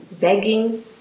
Begging